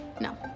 No